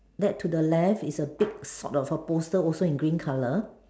that to the left is a big sort of a poster also in green colour